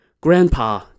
Grandpa